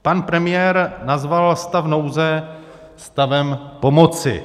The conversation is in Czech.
Pan premiér nazval stav nouze stavem pomoci.